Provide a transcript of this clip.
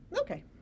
Okay